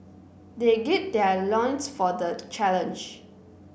they gird their loins for the challenge